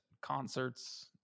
concerts